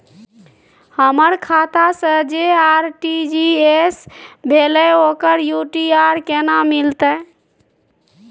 हमर खाता से जे आर.टी.जी एस भेलै ओकर यू.टी.आर केना मिलतै?